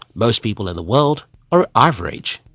most people in the world are average.